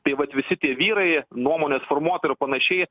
tai vat visi tie vyrai jie nuomonės formuotojai ir panašiai